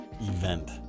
event